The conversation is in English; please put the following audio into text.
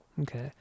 Okay